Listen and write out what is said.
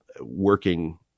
working